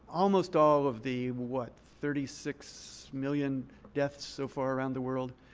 almost all of the, what, thirty six million deaths so far around the world,